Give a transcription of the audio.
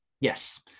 yes